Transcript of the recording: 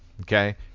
Okay